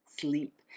sleep